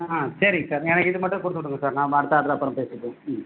ஆ சரிங்க சார் எனக்கு இது மட்டும் கொடுத்து விட்ருங்க சார் நாம்ப அடுத்த ஆர்டரை அப்புறம் பேசிப்போம் ம்